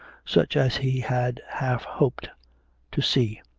such as he had half hoped to see,